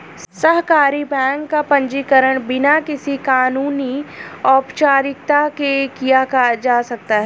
सहकारी बैंक का पंजीकरण बिना किसी कानूनी औपचारिकता के किया जा सकता है